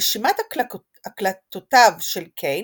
רשימת הקלטותיו של קין